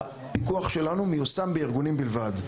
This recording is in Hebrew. הפיקוח שלנו מיושם בארגונים בלבד.